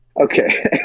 Okay